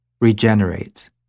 regenerates